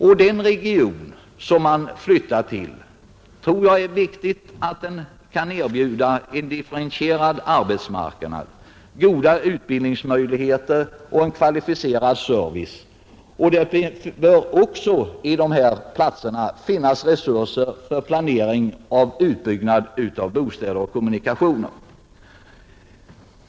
Jag tror också det är viktigt att den region dit utflyttningen sker kan erbjuda en differentierad arbetsmarknad, goda utbild ningsmöjligheter och en kvalificerad service. Vidare bör på dessa platser finnas resurser för planering av utbyggnad av bostäder och kommunikationer.